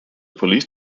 police